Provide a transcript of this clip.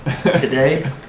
Today